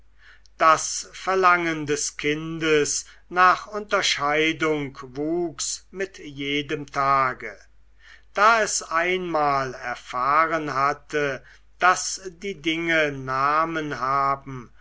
das verlangen des kindes nach unterscheidung wuchs mit jedem tage da es einmal erfahren hatte daß die dinge namen haben